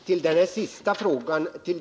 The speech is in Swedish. Nr 141 Herr talman!